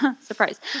Surprise